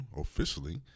officially